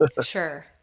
Sure